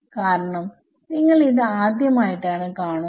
കാരണം നിങ്ങൾ ഇത് ആദ്യമായിട്ടാണ് കാണുന്നത്